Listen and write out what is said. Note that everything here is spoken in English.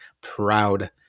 proud